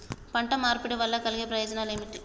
పంట మార్పిడి వల్ల కలిగే ప్రయోజనాలు ఏమిటి?